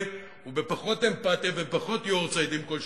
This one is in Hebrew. הוא בפחות אמפתיה ופחות יארצייטים כל שנה.